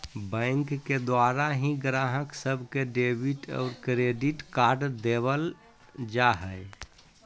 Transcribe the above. bank के द्वारा ही गाहक सब के डेबिट और क्रेडिट कार्ड देवल जा हय